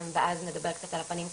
ואז נדבר קצת על הפנים קדימה.